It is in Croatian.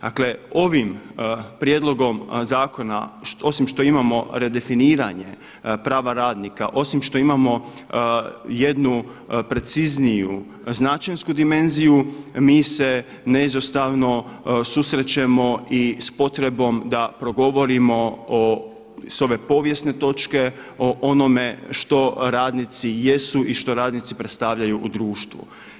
Dakle, ovim prijedlogom zakona osim što imamo redefiniranje prava radnika, osim što imamo jednu precizniju značenjsku dimenziju, mi se neizostavno susrećemo i s potrebom da progovorimo s ove povijesne točke o onome što radnici jesu i što radnici predstavljaju u društvu.